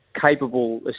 capable